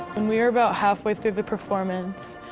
and we were about halfway through the performance,